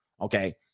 Okay